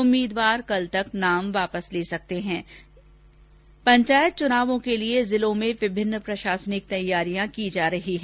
उम्मीदवार कल तक नाम वापस ले सकते में पंचायत चुनावों के लिए जिलों में विभिन्न प्रशासनिक तैयारियां की जा रही हैं